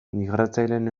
migratzaileen